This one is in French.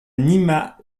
gmina